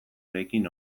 eraikin